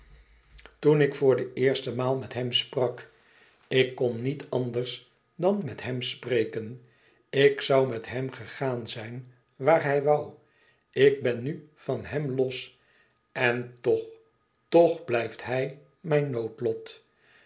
toen ik voor de eerste maal met hem sprak ik kon niet anders dan met hem spreken ik zoû met hem gegaan zijn waar hij woû ik ben nu van hem los en toch toch blijft hij mijn noodlot